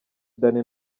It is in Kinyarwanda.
danny